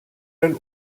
elle